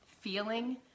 feeling